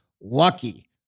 lucky